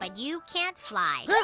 ah you can't fly!